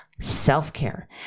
Self-care